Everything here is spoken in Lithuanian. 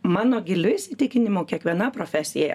mano giliu įsitikinimu kiekviena profesija